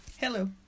Hello